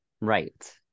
Right